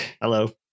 Hello